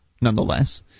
nonetheless